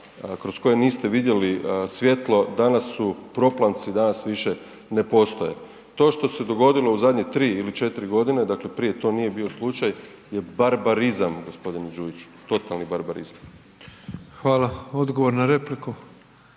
kroz koje niste vidjeli svjetlo, danas su proplanci, danas više ne postoje. To što se dogodilo u zadnje tri ili četiri godine, dakle prije to nije bio slučaj, je barbarizam gospodine Đujiću, totalni barbarizam. **Petrov, Božo